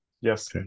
Yes